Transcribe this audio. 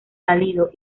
salido